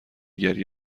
گری